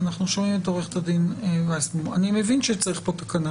מבין שצריך פה תקנה,